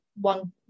one